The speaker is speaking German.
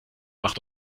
macht